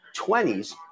20s